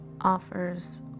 offers